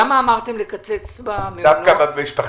למה אמרתם לקצץ במעונות?